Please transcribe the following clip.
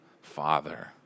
Father